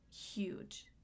huge